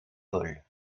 paul